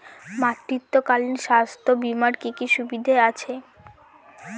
মাতৃত্বকালীন স্বাস্থ্য বীমার কি কি সুবিধে আছে?